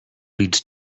leads